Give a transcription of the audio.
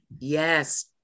Yes